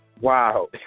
Wow